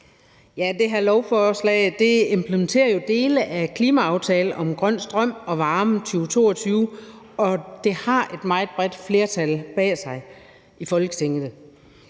Det her lovforslag implementerer jo dele af »Klimaaftale om grøn strøm og varme 2022«, og det har et meget bredt flertal bag sig i Folketinget.